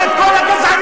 ואת כל הגזענים,